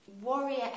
warrior